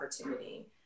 opportunity